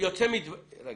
אם